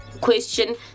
question